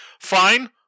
fine